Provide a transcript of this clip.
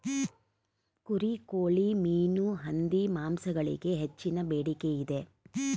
ಕುರಿ, ಕೋಳಿ, ಮೀನು, ಹಂದಿ ಮಾಂಸಗಳಿಗೆ ಹೆಚ್ಚಿನ ಬೇಡಿಕೆ ಇದೆ